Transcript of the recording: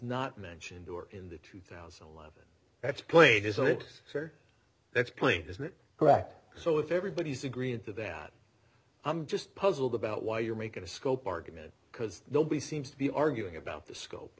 not mentioned in the two thousand and eleven that's plain isn't it sir that's plain isn't it correct so if everybody's agreeing to that i'm just puzzled about why you're making a scope argument because nobody seems to be arguing about the scope